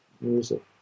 music